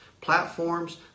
platforms